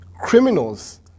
criminals